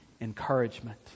encouragement